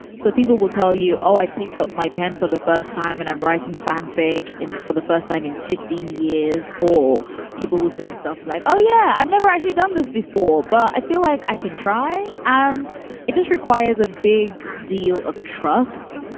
so people will tell you, oh, i picked up my pen for the first time and i'm writing fanfic in for the first time in fifteen years or people will say stuff like, oh, yeah, i've never actually done this before, but i feel like i can try and it just requires a big deal of trust.